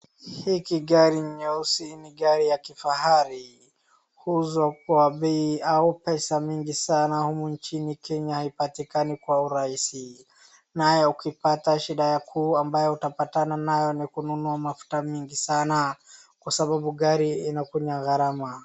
Hiki gari nyeusi ni gari ya kifahari ,huuzwa kwa bei au pesa mingi sana humu nchi Kenya hipatikani kwa urahisi nayo ukipata shida yaku ambayo utapatana nayo ya kununua mafuta mingi sana kwa sababu gari inakunywa garama.